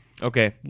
Okay